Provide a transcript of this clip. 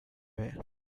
away